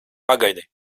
pagaidi